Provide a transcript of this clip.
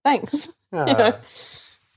Thanks